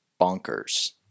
bonkers